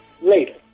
later